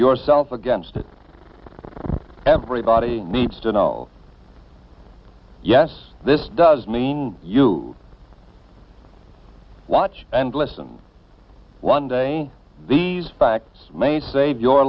yourself against it everybody needs to know yes this does mean you watch and listen one day these facts may save your